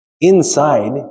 inside